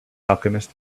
alchemist